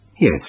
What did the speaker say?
Yes